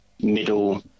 middle